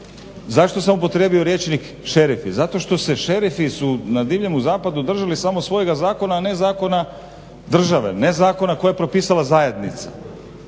Zašto sam upotrijebio rječnik šerifi, zato što se šerifi, šerifi su na divljem zapadu držali samo svojega zakona, a ne zakona države, ne zakona koje propisala zajednica.